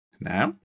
Now